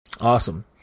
awesome